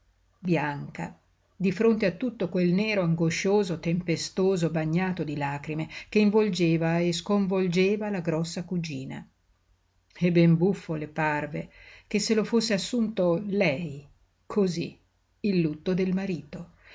bianca di fronte a tutto quel nero angoscioso tempestoso bagnato di lagrime che involgeva e sconvolgeva la grossa cugina e ben buffo le parve che se lo fosse assunto lei cosí il lutto del marito